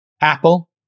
Apple